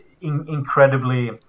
incredibly